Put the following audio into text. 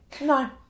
No